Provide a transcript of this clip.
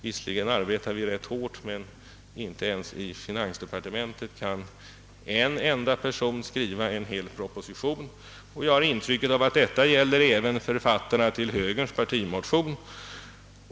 Visserligen arbetar vi rätt hårt, men inte ens i finansdepartementet kan en enda person skriva en hel proposition. Jag har ett intryck av att detta även gäller högerns partimotion.